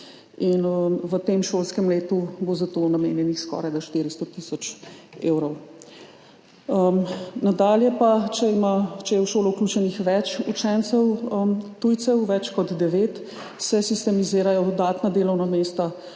in v tem šolskem letu bo za to namenjenih skorajda 400 tisoč evrov. Nadalje pa, če je v šolo vključenih več učencev, tujcev več kot devet, se sistemizirajo dodatna delovna mesta